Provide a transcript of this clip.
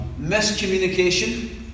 Miscommunication